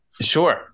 Sure